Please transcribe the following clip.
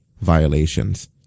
violations